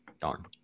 darn